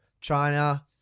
China